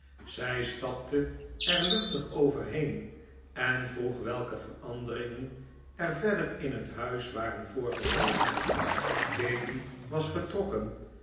zij stapte er luchtig over heen en vroeg welke veranderingen er verder in het huis waren voorgevallen bailey was vertrokken